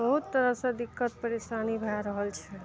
बहुत तरहसँ दिक्कत परेशानी भए रहल छै